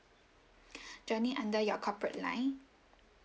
joining under your corporate line